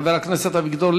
חבר הכנסת אביגדור.